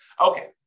Okay